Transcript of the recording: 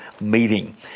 meeting